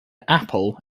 apple